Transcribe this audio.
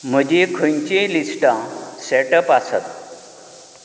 म्हजीं खंयचीं लिस्टां सॅट अप आसात